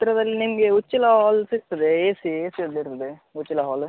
ಹತ್ತಿರದಲ್ಲಿ ನಿಮಗೆ ಉಚ್ಚಿಲ ಹಾಲ್ ಸಿಗ್ತದೆ ಎಸಿ ಎಸಿ ಎಲ್ಲ ಇರೋದೆ ಉಚ್ಚಿಲ ಹಾಲ್